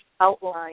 outline